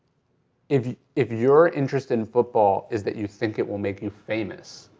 if if your interest in football is that you think it will make you famous,